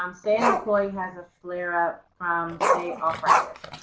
um say an employee has a flare-up from say arthritis.